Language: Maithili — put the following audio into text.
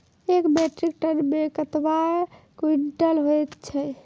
एक मीट्रिक टन मे कतवा क्वींटल हैत छै?